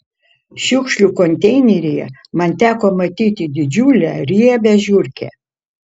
šiukšlių konteineryje man teko matyti didžiulę riebią žiurkę